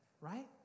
right